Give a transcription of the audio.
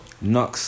Nux